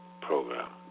Program